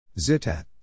Zitat